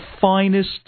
finest